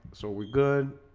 so we're good.